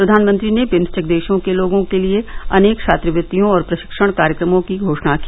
प्रधानमंत्री ने बिम्स्टेक देशों के लोगों के लिए अनेक छात्रवृत्तियों और प्रशिक्षण कार्यक्रमों की घोषणा की